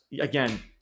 again